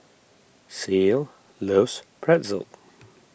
Ceil loves Pretzel